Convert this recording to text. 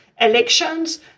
elections